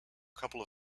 couple